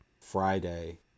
Friday